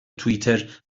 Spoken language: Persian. توییتر